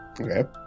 Okay